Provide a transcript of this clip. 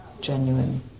genuine